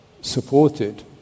supported